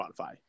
Spotify